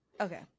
Okay